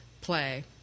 play